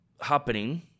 happening